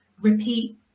repeat